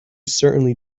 certainly